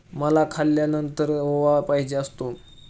मला खाल्यानंतर ओवा पाहिजे असतो